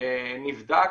נבדק